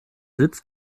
sitz